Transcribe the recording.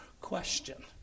question